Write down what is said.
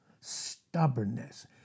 Stubbornness